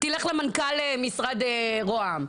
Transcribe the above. תלך למנכ"ל משרד ראה"מ,